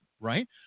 right